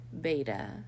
beta